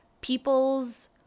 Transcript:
people's